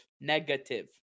Negative